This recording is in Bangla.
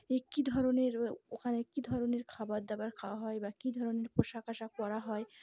এ কী ধরনের ওখানে কী ধরনের খাবার দাবার খাওয়া হয় বা কী ধরনের পোশাক আশাক করা হয়